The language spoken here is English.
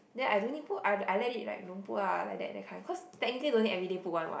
then I don't need put I I let it like don't put ah like that that kind cause technically no need everyday put one what